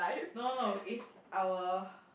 no no no is our